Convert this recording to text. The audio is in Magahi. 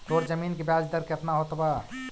तोर जमीन के ब्याज दर केतना होतवऽ?